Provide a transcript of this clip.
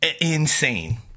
insane